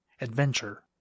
Adventure